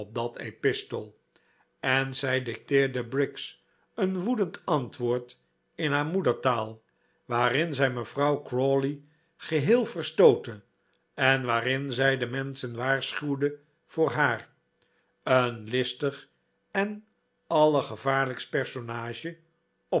epistel en zij dicteerde briggs een woedend antwoord in haar moedertaal waarin zij mevrouw crawley geheel verstootte en waarin zij de menschen waarschuwde voor haar een listig en allergevaarlijkst personage